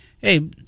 hey